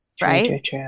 right